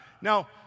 Now